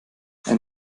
ein